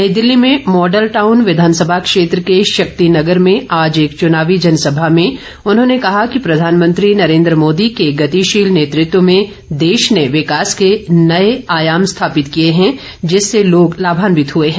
नई दिल्ली में मॉडल टाउन विधानसभा क्षेत्र के शक्ति नगर में आज एक च्नावी जनसभा में उन्होंने कहा कि प्रधानमंत्री नरेन्द्र मोदी के गतिशील नेतृत्व में देश ने विकास के नए आयाम स्थापित किए हैं जिससे लोग लाभान्वित हुए हैं